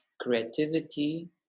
creativity